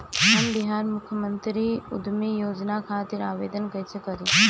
हम बिहार मुख्यमंत्री उद्यमी योजना खातिर आवेदन कईसे करी?